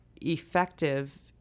effective